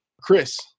Chris